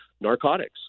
narcotics